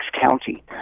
County